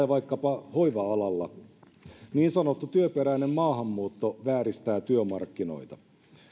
vaikkapa hoiva alalla niin sanottu työperäinen maahanmuutto vääristää työmarkkinoita